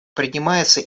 принимается